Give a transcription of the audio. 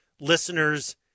listeners